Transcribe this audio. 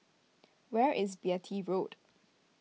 where is Beatty Road